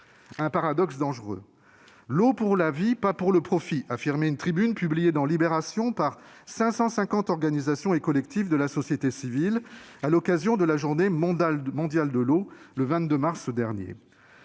un paradoxe dangereux. « L'eau pour la vie, pas pour le profit », affirmait une tribune publiée dans par 550 organisations et collectifs de la société civile à l'occasion de la journée mondiale de l'eau organisée le 22 mars dernier.